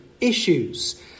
issues